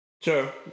Sure